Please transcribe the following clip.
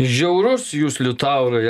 žiaurus jūs liutaurai